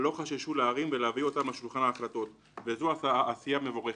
לא חששו להרים ולהביא אותם לשולחן ההחלטות וזו עשייה מבורכת.